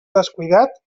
descuidat